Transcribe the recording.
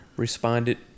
Responded